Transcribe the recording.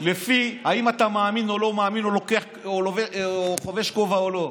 לפי אם אתה מאמין או לא מאמין או חובש כובע או לא.